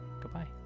Goodbye